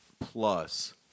plus